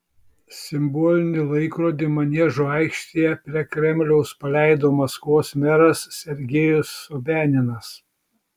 simbolinį laikrodį maniežo aikštėje prie kremliaus paleido maskvos meras sergejus sobianinas